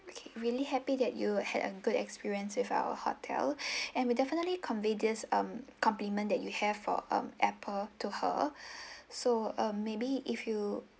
okay really happy that you had a good experience with our hotel and we definitely convey um compliment that you have for um apple to her so uh maybe if you